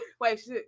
wait